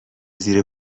زیر